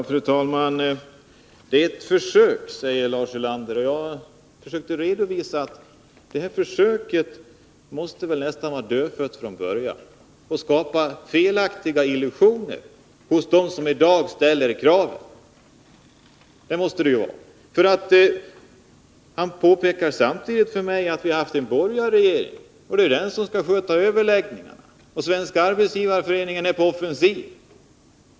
Fru talman! Dessa överläggningar är ett försök att få fart på arbetet med demokratin i arbetslivet, säger Lars Ulander. Men detta försök måste väl nästan vara dödfött från början och skapa felaktiga illusioner hos dem som i dag ställer krav. Lars Ulander påpekar för mig att vi har haft och har en borgerlig regering. Javisst, men det är ju den som sköter överläggningarna, och SAF är på offensiven.